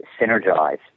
synergize